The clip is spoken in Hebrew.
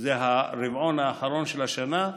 שזה הרבעון האחרון של השנה,